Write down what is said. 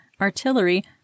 artillery